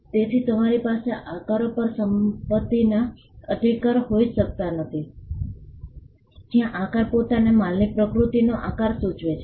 તેથી તમારી પાસે આકારો પર સંપત્તિના અધિકાર હોઈ શકતા નથી જ્યાં આકાર પોતાને માલની પ્રકૃતિનો આકાર સૂચવે છે